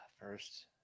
First